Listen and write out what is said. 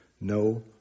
No